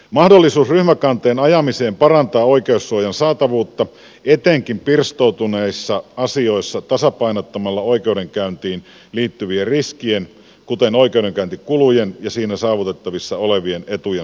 mahdollisuus ryhmäkanteen ajamiseen parantaa oikeussuojan saatavuutta etenkin pirstoutuneissa asioissa tasapainottamalla oikeudenkäyntiin liittyvien riskien kuten oikeudenkäyntikulujen ja siinä saavutettavissa olevien etujen suhdetta